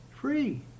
Free